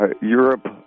Europe